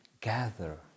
gather